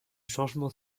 changement